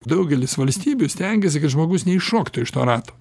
daugelis valstybių stengiasi kad žmogus neiššoktų iš to rato